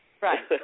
Right